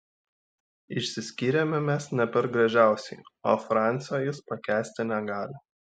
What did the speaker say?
išsiskyrėme mes ne per gražiausiai o francio jis pakęsti negali